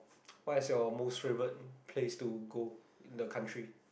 what is your most favorite place to go in the country